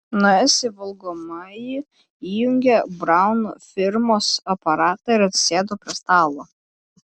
nuėjęs į valgomąjį įjungė braun firmos aparatą ir atsisėdo prie stalo